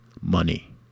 money